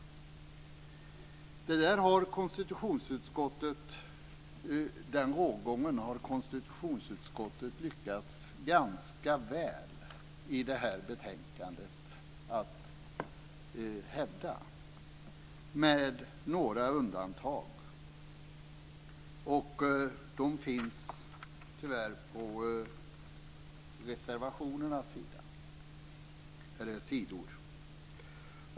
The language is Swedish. Den rågången har konstitutionsutskottet lyckats hävda ganska väl i det här betänkandet. Med några undantag. De finns tyvärr på reservationernas sidor.